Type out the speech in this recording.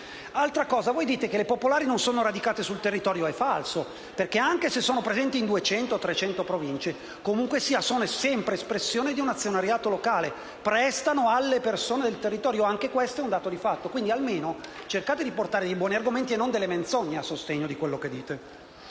un'altra cosa. Voi dite che le popolari non sono radicate sul territorio. Ciò è falso, perché, anche se sono presenti in un gran numero di Province, esse sono comunque sempre espressione di un azionariato locale e prestano alle persone del territorio. Anche questo è un dato di fatto. Almeno cercate di portare dei buoni argomenti e non delle menzogne a sostegno di quello che dite.